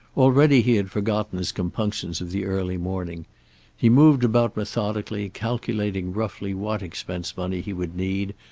already he had forgotten his compunctions of the early morning he moved about methodically, calculating roughly what expense money he would need,